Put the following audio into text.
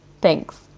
Thanks